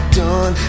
done